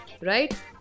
right